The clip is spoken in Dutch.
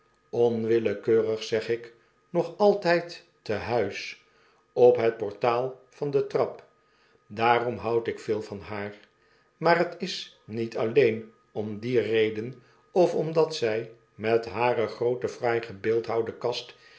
onwillekeurig zegik nog altjjd te huis op het portaal van detrap daarom houd ik veel van haar maar het ils niet alleen om die reden of omdat zy met hare groote fraai gebeeldhouwde kast